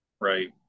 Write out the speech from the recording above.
right